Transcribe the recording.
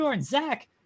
zach